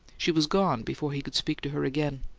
she was gone before he could speak to her again.